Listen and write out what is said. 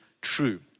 true